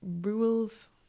rules